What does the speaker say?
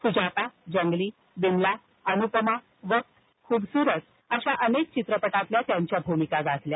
सुजाता जंगली बिमला अनुपमा वक्त खुबसुरत अशा अनेक चित्रपटातील त्यांच्या भूमिका गाजल्या